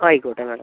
ആയിക്കോട്ടെ മാഡം